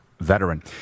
veteran